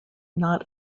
not